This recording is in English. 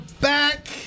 back